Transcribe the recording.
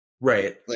right